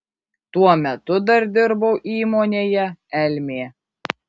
tuo metu dar dirbau įmonėje elmė